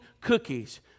cookies